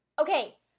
Okay